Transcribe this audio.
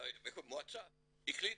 מועצה החליט,